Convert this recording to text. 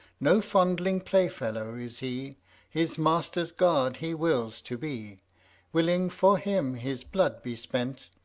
no fondling play-fellow is he his master's guard he wills to be willing for him his blood be spent,